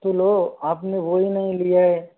तो लो अपने वहीं नहीं लिया है